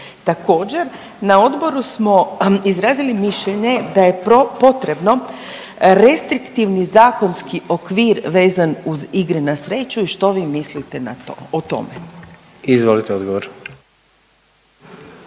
Također na odboru smo izrazili mišljenje da je potrebno restriktivni zakonski okvir vezan uz igre na sreću i što vi mislite o tome? **Jandroković,